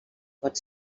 pot